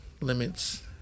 Limits